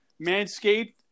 Manscaped